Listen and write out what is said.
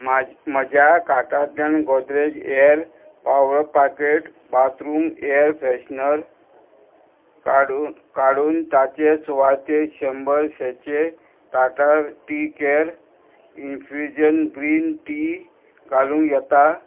म्हाज म्हज्या कार्टांतल्यान Godrej air power packet bathroom air freshener काडून काडून ताचे सुवातेर शंबर सेचे Tata tea care infusion green tea घालूंक येता